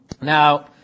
Now